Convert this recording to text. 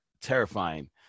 terrifying